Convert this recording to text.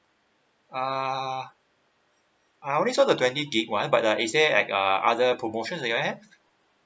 uh I only saw the twenty gig [one] but uh is there like uh other promotion do your have